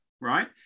Right